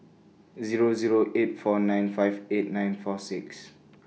Zero Zero eight four nine five eight nine four six